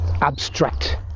abstract